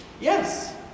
Yes